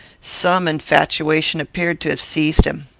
some infatuation appeared to have seized him.